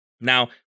Now